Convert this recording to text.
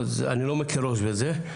אני לא מקל בזה ראש,